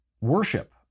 worship